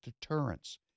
deterrence